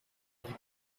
idee